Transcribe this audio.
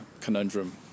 conundrum